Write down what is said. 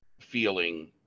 feeling